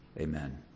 Amen